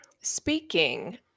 Speaking